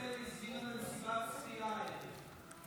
השרה דיסטל הזמינה למסיבת צפייה הערב.